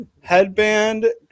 Headband